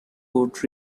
would